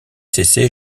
cessé